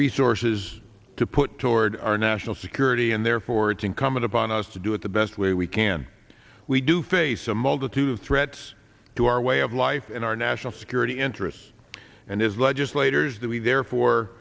resources to put toward our national security and therefore it's incumbent upon us to do it the best way we can we do face a multitude of threats to our way of life and our national security interests and as legislators that we therefore